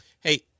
Hey